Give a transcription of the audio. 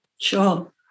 Sure